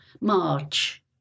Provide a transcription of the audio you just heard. March